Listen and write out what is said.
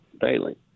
daily